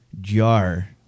jar